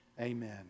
Amen